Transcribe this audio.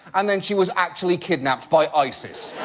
and then she was actually kidnapped by isis.